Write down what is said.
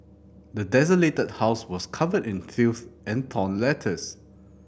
the desolated house was covered in filth and torn letters